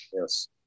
Yes